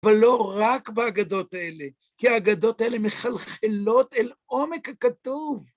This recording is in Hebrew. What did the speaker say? אבל לא רק בהגדות האלה, כי ההגדות האלה מחלחלות אל עומק הכתוב.